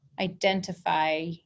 identify